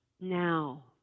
now